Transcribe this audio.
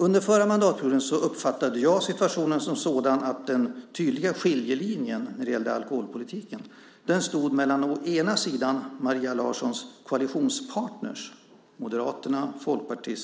Under den förra mandatperioden uppfattade jag situationen som sådan att det fanns en tydlig skiljelinje när det gällde alkoholpolitiken. På ena sidan stod Maria Larssons koalitionspartner, Moderaterna, Folkpartiet